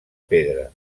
pedra